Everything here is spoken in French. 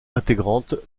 intégrante